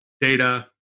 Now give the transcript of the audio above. data